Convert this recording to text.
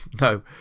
No